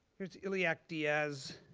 here's illac diaz,